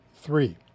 three